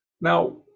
Now